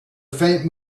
faint